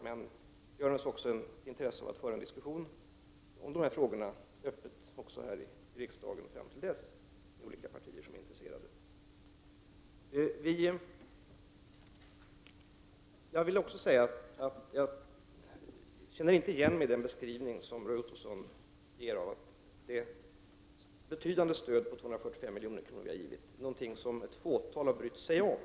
Men vi är naturligtvis beredda att med de partier som är intresserade föra en öppen diskussion i riksdagen om de här frågorna fram till dess. Jag känner inte igen den beskrivning som Roy Ottosson gör av att det betydande stöd på 245 milj.kr. som vi har givit är något som bara ett fåtal har brytt sig om.